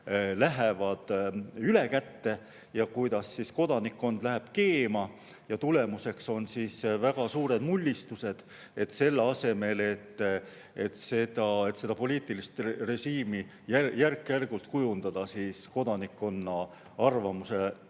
lähevad ülekäte ja kuidas kodanikkond läheb keema ning tulemuseks on väga suured mullistused, selle asemel, et poliitilist režiimi järk-järgult kujundada kodanikkonna arvamuse